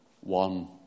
one